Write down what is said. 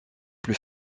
plus